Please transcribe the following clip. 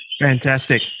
Fantastic